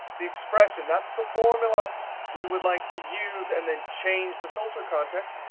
the expression that's the formula we would like to use and then change the filter context,